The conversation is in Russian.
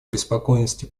обеспокоенности